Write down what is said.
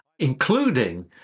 including